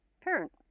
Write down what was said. parent